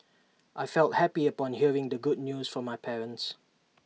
I felt happy upon hearing the good news from my parents